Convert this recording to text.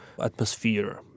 atmosphere